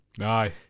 Aye